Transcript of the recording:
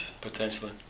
potentially